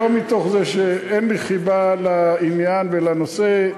ולא מתוך זה שאין לי חיבה לעניין ולנושא,